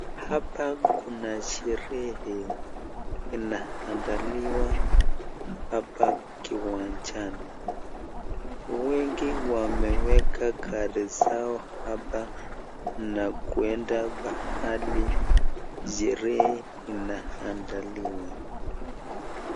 Hapa kuna sherehe inaandaliwa hapa kiwanjani. Wengi wameweka gari zao hapa na kwenda pahali sherehe inaandaliwa.